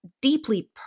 deeply